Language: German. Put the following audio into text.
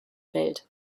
welt